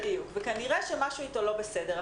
בדיוק, וכנראה שמשהו איתן לא בסדר.